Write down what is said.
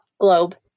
globe